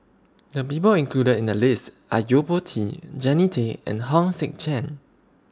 The People included in The list Are Yo Po Tee Jannie Tay and Hong Sek Chern